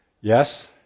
Yes